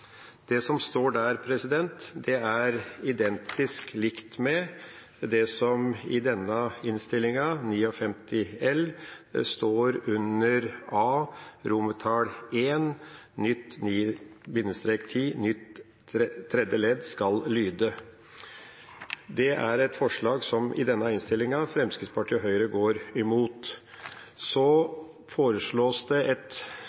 Det som står der, er identisk med det som i denne innstillinga, Innst. 59 L, står under A I, «§ 9-10 nytt tredje ledd skal lyde:». Det er et forslag som Fremskrittspartiet og Høyre i denne innstillinga går imot. Så fremmes det et